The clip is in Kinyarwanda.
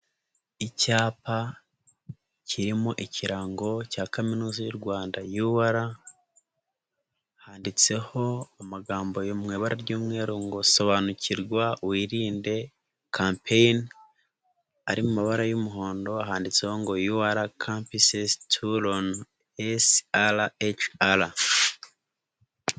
Icyapa kirimo ikirango cya Kaminuza y'u Rwanda UR, handitseho amagambo mu ibara ry'umweru ngo sobanukirwa wirinde campaign, ari mu mabara y'umuhondo handitseho ngo UR Campuses tour on SRHR.